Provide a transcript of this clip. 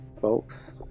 Folks